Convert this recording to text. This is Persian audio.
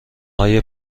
های